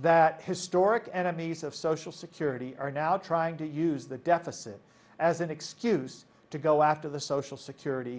that historic enemies of social security are now trying to use the deficit as an excuse to go after the social security